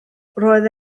roedd